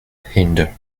hinder